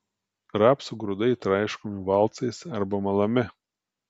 rapsų grūdai traiškomi valcais arba malami